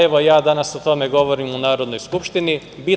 Evo, ja danas o tome govorim i u Narodnoj skupštini.